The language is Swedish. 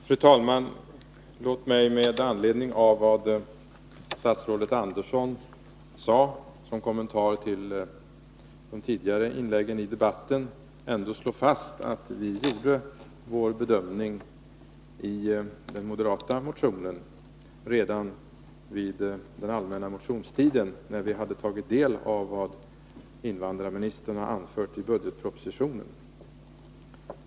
Fru talman! Låt mig med anledning av vad statsrådet Andersson sade som kommentar till de tidigare inläggen i debatten ändå slå fast att vi gjorde vår bedömning i den moderata motionen redan vid den allmänna motionstiden, när vi hade tagit del av vad invandrarministern anfört i budgetpropositionen.